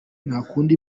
ntakunda